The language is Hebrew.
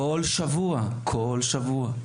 כל שבוע, כל שבוע.